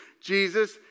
Jesus